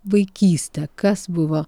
vaikystę kas buvo